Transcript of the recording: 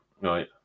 right